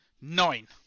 Nine